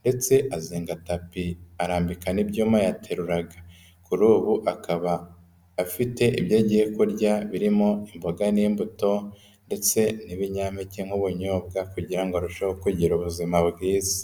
ndetse azinga tapi, arambikana n'ibyuma yateruraga. Kuri ubu akaba afite ibyo agiye kurya birimo imboga n'imbuto ndetse n'ibinyampeke nk'ubunyobwa kugirango ngo arusheho kugira ubuzima bwiza.